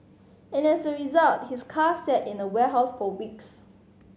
and as a result his car sat in a warehouse for weeks